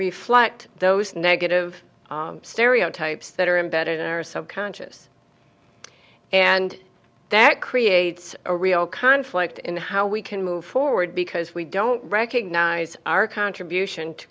reflect those negative stereotypes that are embedded in our subconscious and that creates a real conflict in how we can move forward because we don't recognize our contribution to